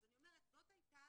אז אני אומרת זאת הייתה